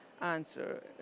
answer